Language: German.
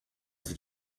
sie